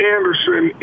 Anderson